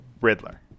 riddler